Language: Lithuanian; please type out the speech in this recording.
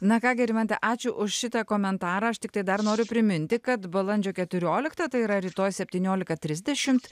na ką gi rimante ačiū už šitą komentarą aš tiktai dar noriu priminti kad balandžio keturioliktą tai yra rytoj septyniolika trisdešimt